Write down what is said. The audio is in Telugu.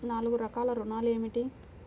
నాలుగు రకాల ఋణాలు ఏమిటీ?